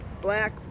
black